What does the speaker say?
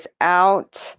out